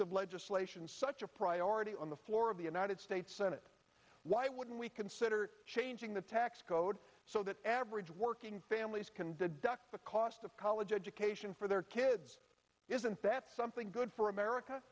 legislation such a priority on the floor of the united states senate why wouldn't we consider changing the tax code so that average working families can deduct the cost of college education for their kids isn't that something good for america